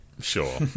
sure